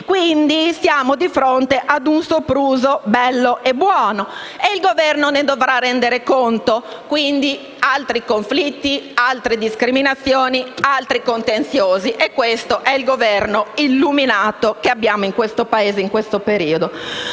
Quindi, siamo di fronte a un sopruso bello e buono, e il Governo ne dovrà rendere conto. Pertanto, altri conflitti, altre discriminazioni ed altri contenziosi. E questo è il Governo illuminato che abbiamo in questo Paese in questo periodo.